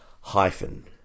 Hyphen